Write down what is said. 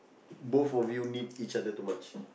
both of you need each other too much